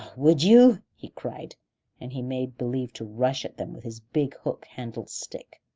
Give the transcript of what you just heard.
would you? he cried and he made believe to rush at them with his big hook-handled stick.